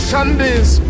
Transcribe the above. Sunday's